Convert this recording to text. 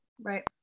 right